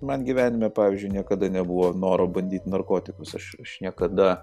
man gyvenime pavyzdžiui niekada nebuvo noro bandyt narkotikus aš aš niekada